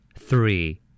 Three